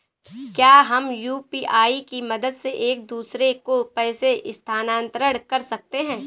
क्या हम यू.पी.आई की मदद से एक दूसरे को पैसे स्थानांतरण कर सकते हैं?